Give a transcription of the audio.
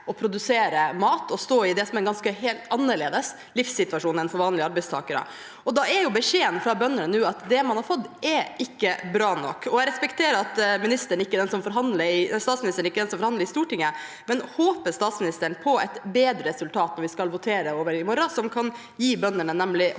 det som er en ganske annerledes livssituasjon enn for vanlige arbeidstakere. Beskjeden fra bøndene nå er at det man har fått, ikke er bra nok. Jeg respekterer at statsministeren ikke er den som forhandler i Stortinget, men håper statsministeren på et bedre resultat når vi skal votere over det i morgen, som kan gi bøndene troen